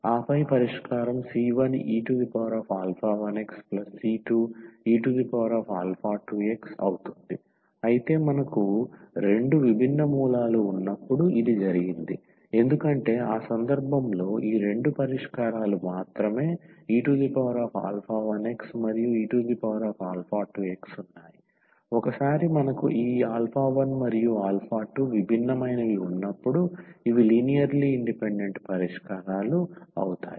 ఆపై పరిష్కారం c1e1xc2e2x అవుతుంది అయితే మనకు రెండు విభిన్న మూలాలు ఉన్నప్పుడు ఇది జరిగింది ఎందుకంటే ఆ సందర్భంలో ఈ రెండు పరిష్కారాలు మాత్రమే e1x మరియు e2x ఉన్నాయి ఒకసారి మనకు ఈ 1 మరియు 2 విభిన్నమైనవి ఉన్నప్పుడు ఇవి లీనియర్లీ ఇండిపెండెంట్ పరిష్కారాలు అవుతాయి